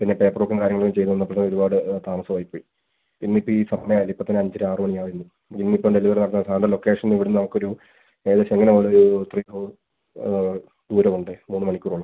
പിന്നെ പേപ്പർ വർക്കും കാര്യങ്ങളും ചെയ്ത് വന്നപ്പോൾ ഒരുപാട് താമസമായി പോയി ഇന്ന് ഇപ്പോൾ ഈ സമയമായില്ലേ ഇപ്പം തന്നെ അഞ്ചര ആറ് മണിയായിരിക്കുന്നു ഇന്ന് ഇപ്പം ഡെലിവറി നടത്താൻ സാറിൻ്റെ ലൊക്കേഷൻ ഇവിടെ നമുക്ക് ഒരു ഏകദേശം എങ്ങനെ പോയാലും ഒരു ത്രീ ഹവർ ദൂരമുണ്ട് മൂന്ന് മണിക്കൂറോളം